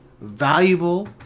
valuable